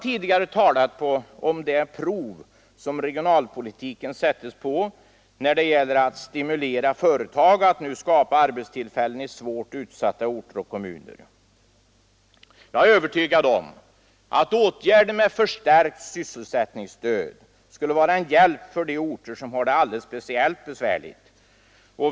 Tidigare har jag talat om det prov som regionalpolitiken sättes på när det gäller att stimulera företagen att skapa arbetstillfällen i svårt utsatta orter och kommuner. Jag är övertygad om att åtgärden med förstärkt sysselsättningsstöd skulle vara en hjälp för orter som har det alldeles speciellt besvärligt.